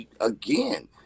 again